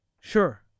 Sure